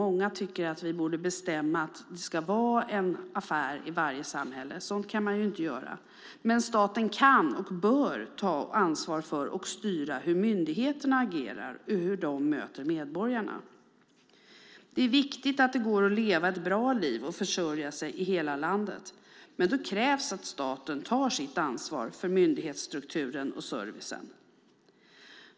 Många tycker att vi borde bestämma att det ska vara en affär i varje samhälle, men det går ju inte. Däremot kan och bör staten ta ansvar för och styra hur myndigheterna agerar när de möter medborgarna. Det är viktigt att det går att leva ett bra liv och att försörja sig i hela landet. Men då krävs det att staten tar sitt ansvar för myndighetsstrukturen och servicen.